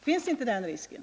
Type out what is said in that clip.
Finns inte den risken?